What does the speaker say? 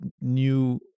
new